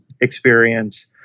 experience